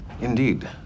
Indeed